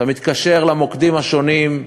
אתה מתקשר למוקדים השונים,